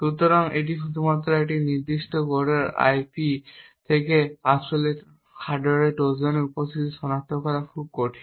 সুতরাং তাই শুধুমাত্র একটি নির্দিষ্ট আইপির কোড দেখে আসলে একটি হার্ডওয়্যার ট্রোজানের উপস্থিতি সনাক্ত করা খুব কঠিন